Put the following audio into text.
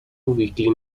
weekly